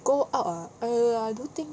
go out lah err I don't think